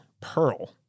Pearl